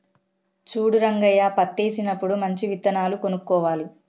చూడు రంగయ్య పత్తేసినప్పుడు మంచి విత్తనాలు కొనుక్కోవాలి